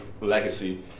legacy